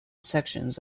sections